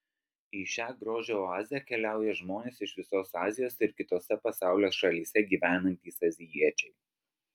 į šią grožio oazę keliauja žmonės iš visos azijos ir kitose pasaulio šalyse gyvenantys azijiečiai